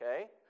okay